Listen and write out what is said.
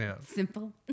Simple